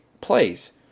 plays